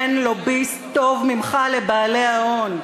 אין לוביסט טוב ממך לבעלי ההון.